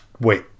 wait